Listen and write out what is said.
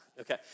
Okay